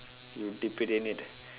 you dip it in it